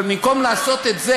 במקום לעשות את זה,